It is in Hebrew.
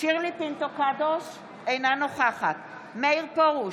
שירלי פינטו קדוש, אינה נוכחת מאיר פרוש, נגד